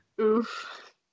Oof